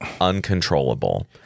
uncontrollable